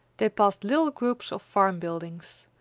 they passed little groups of farm buildings,